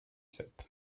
sept